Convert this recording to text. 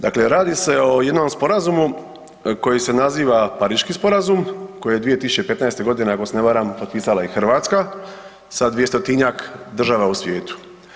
Dakle, radi se o jednom sporazumu koji se naziva Pariški sporazum, koji je 2015. g. ako se ne varam potpisala Hrvatska sa 200-tinak država u svijetu.